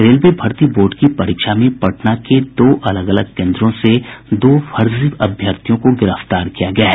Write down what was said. railway भर्ती board की परीक्षा में पटना के दो अलग अलग केन्द्रों से दो फर्जी अभ्यर्थियों को गिरफ्तार किया गया है